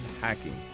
hacking